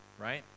Right